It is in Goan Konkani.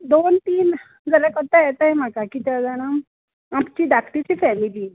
दोन तीन जाल्यार करता येताय म्हाका कित्याक जाणां आम ची धाकटिची फॅमिली